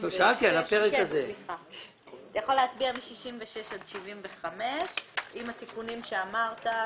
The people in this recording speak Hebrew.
על סעיפים 66 עד סעיף 75 עם התיקונים שאמרת,